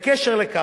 בהקשר זה,